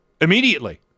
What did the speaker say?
Immediately